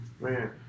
Man